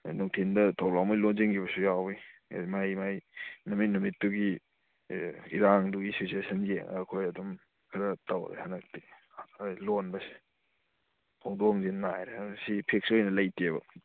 ꯅꯨꯡꯊꯤꯜꯗ ꯊꯣꯡ ꯂꯣꯏꯅꯃꯛ ꯂꯣꯟꯁꯤꯟꯈꯤꯕꯁꯨ ꯌꯥꯎꯋꯤ ꯃꯍꯩ ꯃꯍꯩ ꯅꯨꯃꯤꯠ ꯅꯨꯃꯤꯠꯇꯨꯒꯤ ꯏꯔꯥꯡꯗꯨꯒꯤ ꯁꯤꯆꯨꯋꯦꯁꯟ ꯌꯦꯡꯉꯒ ꯑꯩꯈꯣꯏ ꯑꯗꯨꯝ ꯈꯔ ꯇꯧꯔꯦ ꯍꯟꯗꯛꯇꯤ ꯈꯔ ꯂꯣꯟꯕꯁꯦ ꯍꯣꯡꯗꯣꯛ ꯍꯣꯡꯖꯤꯟ ꯅꯥꯏꯔꯦ ꯍꯟꯗꯛꯁꯦ ꯁꯤꯒꯤ ꯐꯤꯛꯁ ꯑꯣꯏꯅ ꯂꯩꯇꯦꯕ